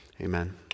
amen